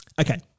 Okay